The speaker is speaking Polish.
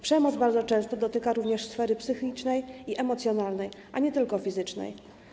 Przemoc bardzo często dotyka również sfery psychicznej i emocjonalnej, a nie tylko fizycznej.